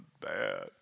bad